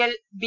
L B